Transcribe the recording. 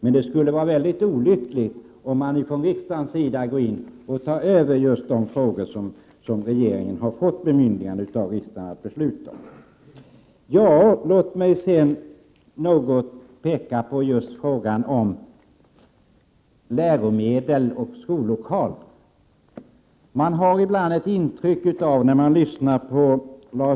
Men det skulle vara mycket olyckligt om man från riksdagens sida tog över frågor som regeringen har fått bemyndigande av riksdagen att besluta om. Låt mig också peka på frågan om läromedel och skollokaler. När man lyssnar till Björn Samuelson och Larz Johansson får man ibland ett intryck av att det finns obegränsade resurser. Om centern, folkpartiet och moderaterna finge bestämma, skulle man plocka av kommunerna 4-8 miljarder, enligt deras ekonomisk-politiska förslag.